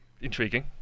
intriguing